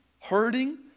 hurting